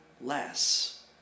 less